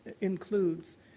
includes